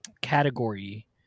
category